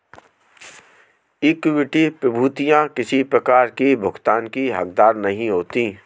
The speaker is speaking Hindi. इक्विटी प्रभूतियाँ किसी प्रकार की भुगतान की हकदार नहीं होती